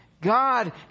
God